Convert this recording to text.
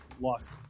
lost